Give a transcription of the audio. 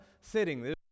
sitting